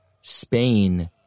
Spain